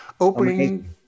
opening